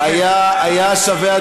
היה שווה,